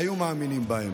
היו מאמינים בהם.